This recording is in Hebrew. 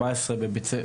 ארבע עשרה,